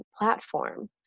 platform